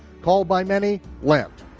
called by many, lent.